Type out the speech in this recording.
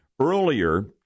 Earlier